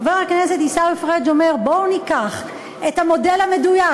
חבר הכנסת עיסאווי פריג' אומר: בואו ניקח את המודל המדויק,